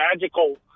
magical